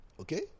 okay